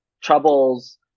troubles